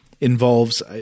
involves